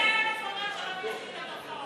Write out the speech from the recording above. שלא נכנסו לדוח העוני?